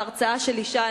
בהרצאה של אשה,